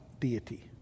deity